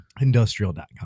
Industrial.com